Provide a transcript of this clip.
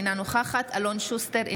אינה נוכחת אלון שוסטר,